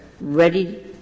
ready